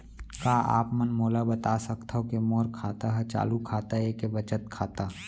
का आप मन मोला बता सकथव के मोर खाता ह चालू खाता ये के बचत खाता?